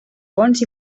pons